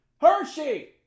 Hershey